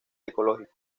ecológico